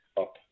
up